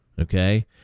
Okay